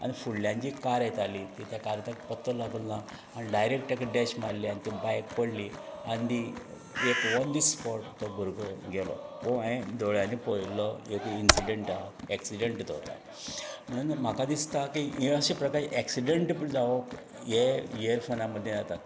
आनी फुडल्यान जी कार येताली ती कार ताका पत्तो लागलो ना डायरेक्ट ताका डॅश मारली आनी ती बायक पडली आनी ती एक ऑन दी स्पोट तो भुरगो गेलो हो हांवें दोळ्यांनी पळयल्लो एक इनसिडंट आसा एक्सीडेंट तो आतां म्हणून म्हाका दिसता की हे अशे प्रकार एक्सीडेंट पूण जावप हे इयरफोना मदें जातात